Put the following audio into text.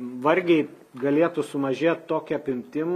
vargiai galėtų sumažėt tokia apimtim